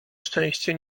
szczęście